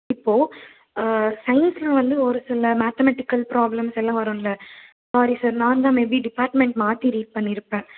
இப்போ சயின்ஸில் வந்து ஒரு சில மேத்தமெட்டிக்கல் ப்ராப்ளம்ஸ் எல்லாம் வரும்ல சாரி சார் நான்தான் மே பி டிபார்ட்மெண்ட் மாற்றி ரீட் பண்ணி இருப்பேன்